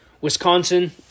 Wisconsin